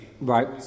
Right